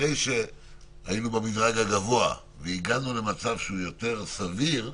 אחרי שהיינו במדרג הגבוה והגענו למצב שהוא יותר סביר,